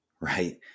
right